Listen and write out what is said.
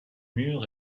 mur